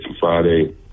Friday